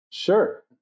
Sure